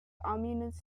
ominous